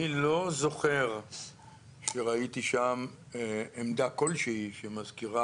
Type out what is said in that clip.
אני לא זוכר שראיתי שם עמדה כלשהי שמזכירה